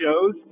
shows